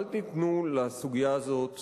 אל תיתנו לסוגיה הזאת